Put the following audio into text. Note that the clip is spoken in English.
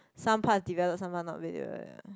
some part develop some part not really develop